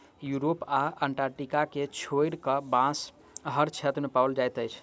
Europe आ Antarctica के छोइड़ कअ, बांस हर क्षेत्र में पाओल जाइत अछि